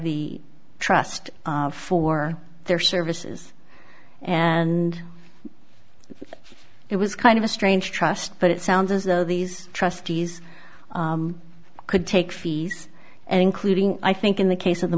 the trust for their services and it was kind of a strange trust but it sounds as though these trustees could take fees and including i think in the case of the